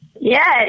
Yes